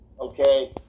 Okay